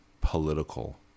political